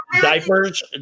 diapers